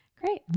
Great